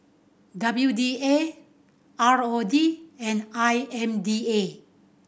W D A R O D and I M D A